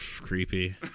Creepy